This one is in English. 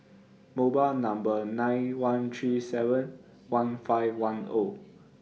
mobber Number nine one three seven one five one Zero